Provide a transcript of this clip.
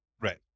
right